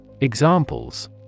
Examples